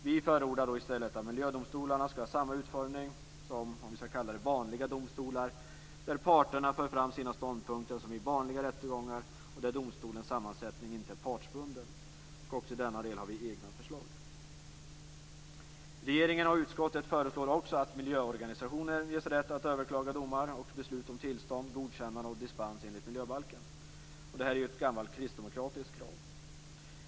Vi förordar i stället att miljödomstolarna skall ha samma utformning som vanliga domstolar där parterna för fram sina ståndpunkter som vid vanliga rättegångar och där domstolens sammansättning inte är partsbunden. Också i denna del har vi egna förslag. Regeringen och utskottet föreslår också att miljöorganisationer ges rätt att överklaga domar och beslut om tillstånd, godkännande och dispens enligt miljöbalken. Detta är ett gammalt kristdemokratiskt krav.